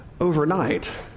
overnight